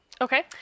Okay